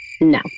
No